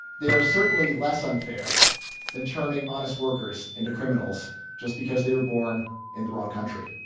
they are certainly less unfair than turning honest workers into criminals just because they were born in the wrong country.